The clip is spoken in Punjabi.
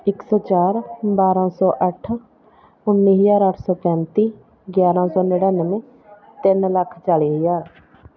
ਇੱਕ ਸੌ ਚਾਰ ਬਾਰ੍ਹਾਂ ਸੌ ਅੱਠ ਉੱਨੀ ਹਜ਼ਾਰ ਅੱਠ ਸੌ ਪੈਂਤੀ ਗਿਆਰ੍ਹਾਂ ਸੌ ਨੜ੍ਹਿਨਵੇਂ ਤਿੰਨ ਲੱਖ ਚਾਲ੍ਹੀ ਹਜ਼ਾਰ